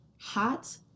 hot